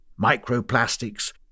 microplastics